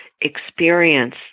Experience